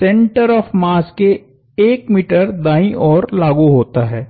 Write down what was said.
centre of mass के 1 metre दाईं ओर लागु होता है